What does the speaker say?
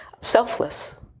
selfless